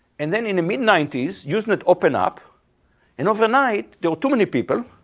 and then in the mid ninety usenet opened up and overnight there were too many people.